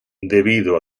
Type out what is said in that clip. debido